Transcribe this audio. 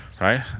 right